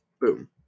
boom